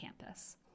campus